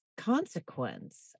Consequence